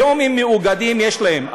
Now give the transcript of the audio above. היום הם מאוגדים, יש להם.